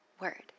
word